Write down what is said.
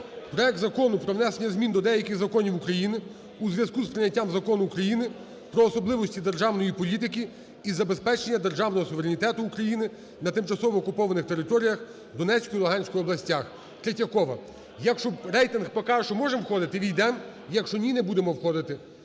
Проект Закону про внесення змін до деяких законів України у зв'язку із прийняттям Закону України "Про особливості державної політики із забезпечення державного суверенітету України на тимчасово окупованих територіях у Донецькій та Луганській областях" Третьякова. Якщо рейтинг покаже, що можемо входити, увійдемо, якщо ні, не будемо входити.